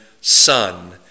son